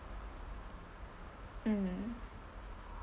mm